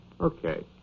Okay